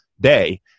day